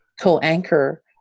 co-anchor